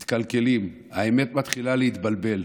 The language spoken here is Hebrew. מתקלקלים, האמת מתחילה להתבלבל.